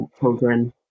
children